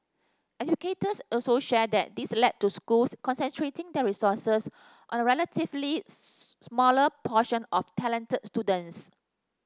educators also shared that this led to schools concentrating their resources on a relatively smaller portion of talented students